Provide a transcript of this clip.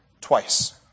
twice